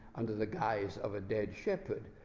under the guise of a dead shepherd,